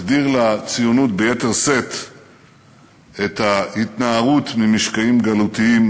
החדיר לציונות ביתר שאת את ההתנערות ממשקעים גלותיים,